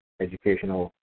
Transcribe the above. educational